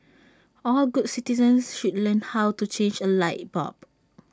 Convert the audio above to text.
all good citizens should learn how to change A light bulb